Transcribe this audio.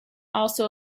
also